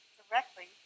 directly